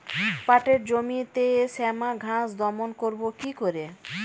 পাটের জমিতে শ্যামা ঘাস দমন করবো কি করে?